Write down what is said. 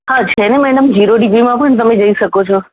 હા છે ને મૅડમ ઝીરો ડીપીમાં પણ તમે જઈ શકો છો